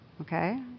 okay